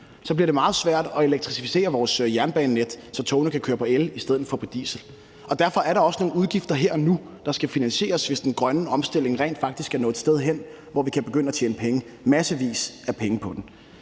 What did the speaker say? så bliver det meget svært at elektrificere vores jernbanenet, så togene kan køre på el i stedet for på diesel. Derfor er der også nogle udgifter her og nu, der skal finansieres, hvis den grønne omstilling rent faktisk skal nå et sted hen, hvor vi kan begynde at tjene penge, massevis af penge, på den.